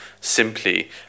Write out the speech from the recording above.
simply